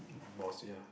boss ya